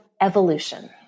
Evolution